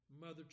Mother